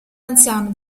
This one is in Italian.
anziano